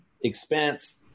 expense